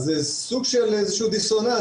אז זה סוג של איזה שהוא דיסוננס,